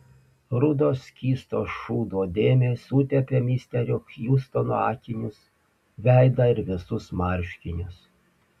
rudos skysto šūdo dėmės sutepė misterio hjustono akinius veidą ir visus marškinius